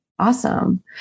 Awesome